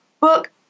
Book